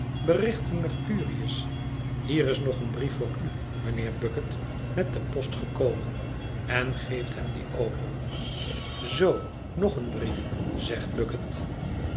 hem mercurius hier is nog een brief voor u mijnheer bucket met de post gekomen en geeft hem dien over zoo nog een brief zegt bucket